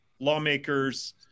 lawmakers